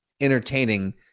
entertaining